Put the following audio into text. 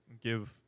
give